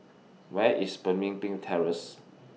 Where IS Pemimpin Terrace